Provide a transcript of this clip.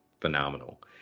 phenomenal